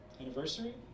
Anniversary